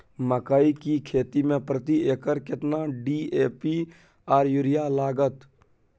मकई की खेती में प्रति एकर केतना डी.ए.पी आर यूरिया लागत?